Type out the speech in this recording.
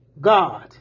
God